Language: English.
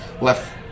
left